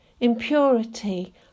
impurity